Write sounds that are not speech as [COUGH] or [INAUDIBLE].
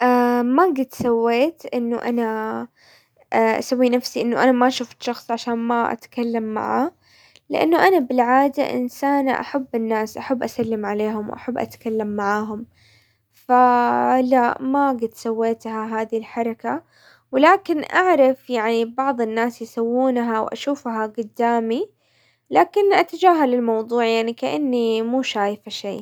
[HESITATION] ما قد سويت انه انا [HESITATION] اسوي نفسي انه انا ما شفت شخص عشان ما اتكلم معاه لانه انا بالعادة انسانة احب الناس، احب اسلم عليهم، واحب اتكلم معاهم، فلا ما قد سويتها هذي حركة، ولكن اعرف يعني بعض الناس يسوونها واشوفها قدامي لكن اتجاهل الموضوع يعني كأني مو شايفة شي.